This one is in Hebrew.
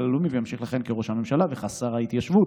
הלאומי וימשיך לכהן כראש הממשלה וכשר ההתיישבות.